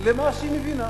למה שהיא מבינה.